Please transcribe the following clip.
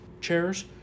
chairs